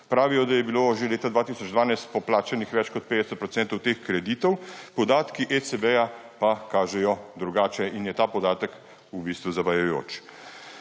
Pravijo, da je bilo že leta 2012 poplačanih več kot 50 procentov teh kreditov, podatki ECB pa kažejo drugače in je ta podatek v bistvu zavajajoč.